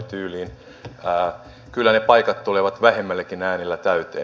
kyllä ne paikat tulevat vähemmilläkin äänillä täyteen